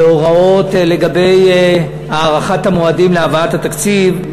והוראות לגבי הארכת המועדים להבאת התקציב,